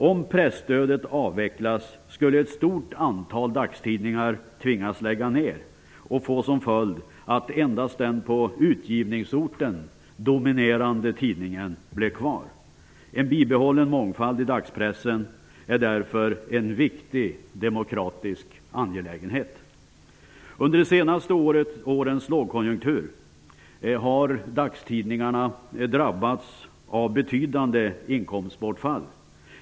Om presstödet avvecklas skulle ett stort antal dagstidningar tvingas lägga ner. Det skulle få som följd att endast den på utgivningsorten dominerande tidningen blev kvar. En bibehållen mångfald när det gäller dagspressen är därför en viktig demokratisk angelägenhet. Under de senaste årens lågkonjunktur har dagstidningarna drabbats av betydande inkomstbortfall.